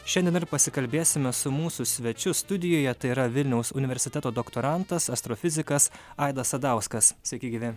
šiandien dar pasikalbėsime su mūsų svečiu studijoje tai yra vilniaus universiteto doktorantas astrofizikas aidas sadauskas sveiki gyvi